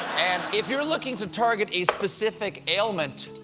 and if you're looking to target a specific ailment,